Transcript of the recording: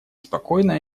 спокойно